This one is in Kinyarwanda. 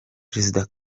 perezida